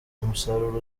umusaruro